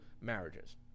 marriages